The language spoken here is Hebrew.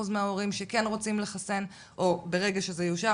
מההורים שכן רוצים לחסן ברגע שזה יאושר,